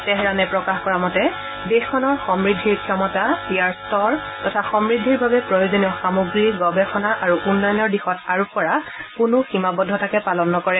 তেহৰানে প্ৰকাশ কৰা মতে দেশখনৰ সমূদ্ধিৰ ক্ষমতা ইয়াৰ স্তৰ তথা সমূদ্ধিৰ বাবে প্ৰয়োজনীয় সামগ্ৰী গৱেষণা আৰু উন্নয়নৰ দিশত আৰোপ কৰা কোনো সীমাবদ্ধতাকে পালন নকৰে